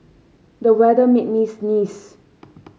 the weather made me sneeze